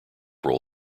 roll